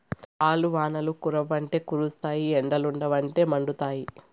ఆల్లు వానలు కురవ్వంటే కురుస్తాయి ఎండలుండవంటే మండుతాయి